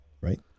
right